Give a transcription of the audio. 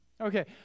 Okay